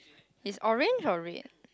is orange or red